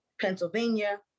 pennsylvania